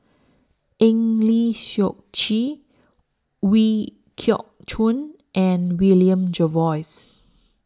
Eng Lee Seok Chee Ooi Kok Chuen and William Jervois